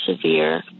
severe